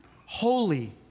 holy